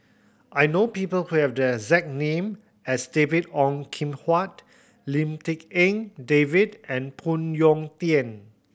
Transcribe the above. I know people who have the exact name as David Ong Kim Huat Lim Tik En David and Phoon Yew Tien